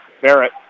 Barrett